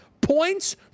points